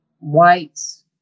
whites